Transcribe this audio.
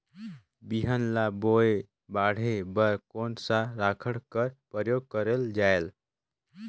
बिहान ल बोये बाढे बर कोन सा राखड कर प्रयोग करले जायेल?